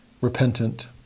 repentant